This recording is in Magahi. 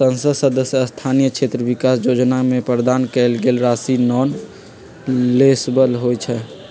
संसद सदस्य स्थानीय क्षेत्र विकास जोजना में प्रदान कएल गेल राशि नॉन लैप्सबल होइ छइ